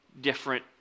different